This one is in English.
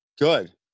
Good